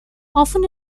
often